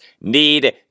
need